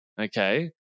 okay